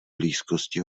blízkosti